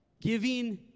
giving